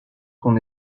qu’on